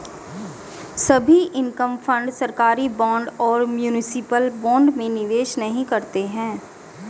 सभी income fund सरकारी bond और म्यूनिसिपल बॉन्ड में निवेश नहीं करते हैं